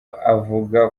avuga